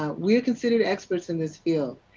um we are considered experts in this field.